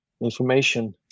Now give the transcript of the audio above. information